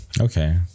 Okay